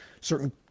certain